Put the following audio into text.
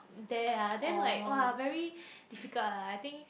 there ah then like !wah! very difficult ah I think